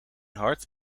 hart